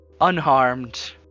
Unharmed